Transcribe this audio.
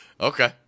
Okay